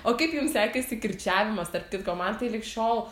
o kaip jum sekėsi kirčiavimas tarp kitko man tai lig šiol